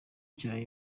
cya